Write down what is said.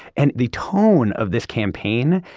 and the tone of this campaign?